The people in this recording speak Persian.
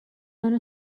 منو